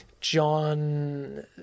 John